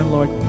Lord